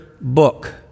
book